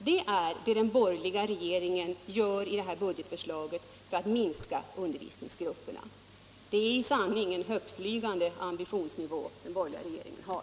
Det är vad den borgerliga regeringen gör i budgetförslaget för att minska undervisningsgrupperna. Det är i sanning en högtflygande ambitionsnivå den borgerliga regeringen har.